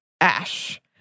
ash